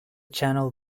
channel